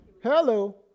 Hello